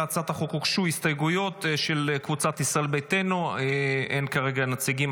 להצעת החוק הוגשו הסתייגויות של קבוצת ישראל ביתנו אין כרגע נציגים,